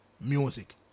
music